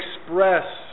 express